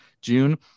June